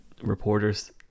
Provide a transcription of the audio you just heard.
reporters